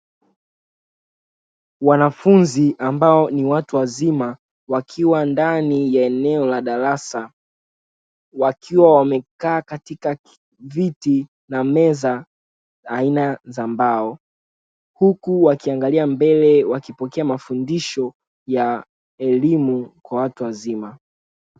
Wanafunzi ambao ni watu wazima wakiwa ndani ya eneo la darasa wakiwa wamekaa katika viti na meza aina za mbao, huku wakiangalia mbele wakipokea mafundisho ya elimu kwa watu wazima.